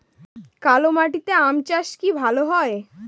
কালো মাটিতে আম চাষ কি ভালো হয়?